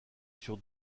sur